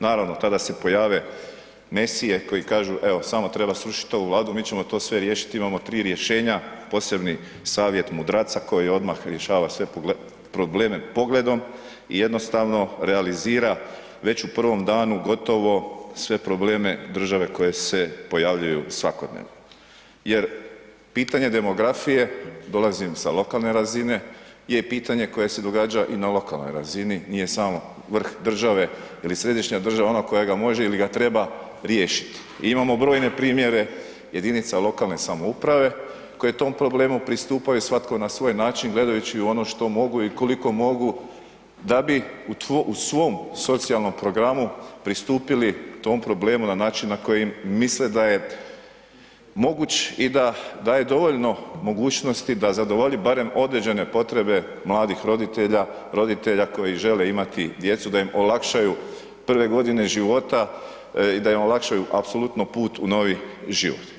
Naravno, tada se pojave mesije koji kažu evo samo treba srušit ovu Vladu, mi ćemo to sve riješit, imamo 3 rješenja, posebni savjet mudraca koji odmah rješava sve probleme pogledom i jednostavno realizira već u prvom danu gotovo sve probleme države koje se pojavljuju svakodnevno jer pitanje demografije, dolazim sa lokalne razine, je i pitanje koje se događa i na lokalnoj razini, nije samo vrh države ili središnja država ona koja ga može ili ga treba riješit, imamo brojne primjere jedinica lokalne samouprave koje tom problemu pristupaju svatko na svoj način gledajući u ono što mogu i koliko mogu da bi u svom socijalnom programu pristupili tom problemu na način na koji misle da je moguć i da daje dovoljno mogućnosti da zadovolji barem određene potrebe mladih roditelja, roditelja koji žele imati djecu, da im olakšaju prve godine života i da im olakšaju apsolutno put u novi život.